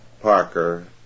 Parker